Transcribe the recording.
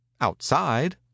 outside